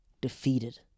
defeated